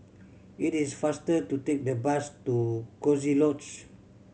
it is faster to take the bus to Coziee Lodge